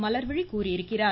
மலர்விழி கூறியிருக்கிறார்